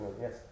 yes